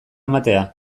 ematea